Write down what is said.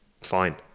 fine